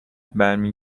برمی